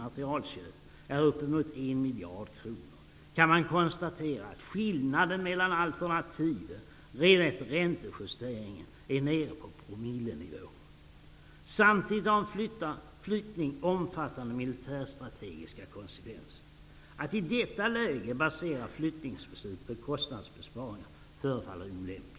materialinköp är uppemot 1 miljard kronor kan man konstatera att skillnaden mellan alternativen redan efter räntejusteringen är nere på promillenivå. Samtidigt har en flyttning omfattande militärstrategiska konsekvenser. Att i detta läge enbart basera flyttningsbeslutet på kostnadsbesparingar förefaller olämpligt.